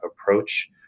approach